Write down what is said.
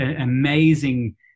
amazing